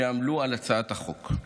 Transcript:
שעמלו על הצעת החוק.